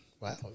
wow